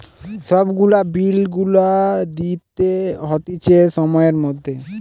সব গুলা বিল গুলা দিতে হতিছে সময়ের মধ্যে